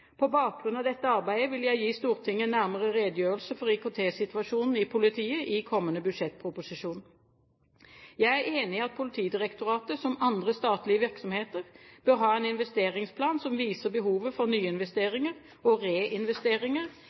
På bakgrunn av dette arbeidet vil jeg gi Stortinget en nærmere redegjørelse for IKT-situasjonen i politiet i kommende budsjettproposisjon. Jeg er enig i at Politidirektoratet, som andre statlige virksomheter, bør ha en investeringsplan som viser behovet for nyinvesteringer og reinvesteringer